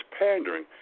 pandering